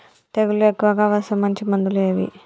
తెగులు ఎక్కువగా వస్తే మంచి మందులు ఏవి?